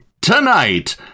tonight